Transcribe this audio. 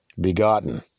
begotten